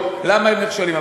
למה הם נכשלים.